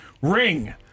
Ring